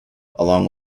along